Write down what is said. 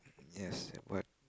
yes what